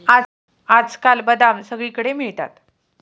आजकाल बदाम सगळीकडे मिळतात